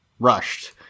Rushed